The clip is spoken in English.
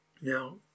now